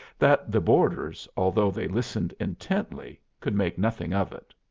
that the boarders, although they listened intently, could make nothing of it.